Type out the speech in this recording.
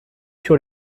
sur